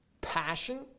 Passion